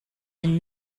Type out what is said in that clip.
been